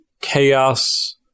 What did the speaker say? Chaos